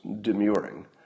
demurring